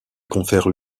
confère